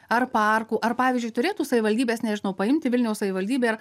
ar parkų ar pavyzdžiui turėtų savivaldybės nežinau paimti vilniaus savivaldybė ir